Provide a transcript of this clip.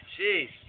Jeez